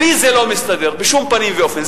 לי זה לא מסתדר בשום פנים ואופן.